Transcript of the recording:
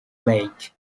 lake